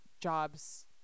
jobs